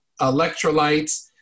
electrolytes